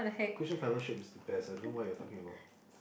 Christian fellowships is the best I don't know what you are talking about